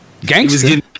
gangster